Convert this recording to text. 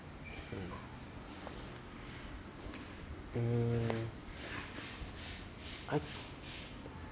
mm I